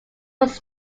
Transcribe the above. was